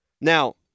Now